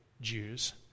Jews